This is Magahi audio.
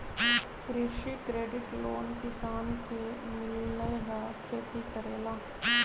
कृषि क्रेडिट लोन किसान के मिलहई खेती करेला?